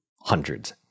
hundreds